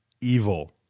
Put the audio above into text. Evil